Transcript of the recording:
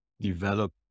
develop